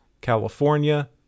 California